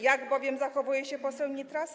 Jak bowiem zachowuje się poseł Nitras?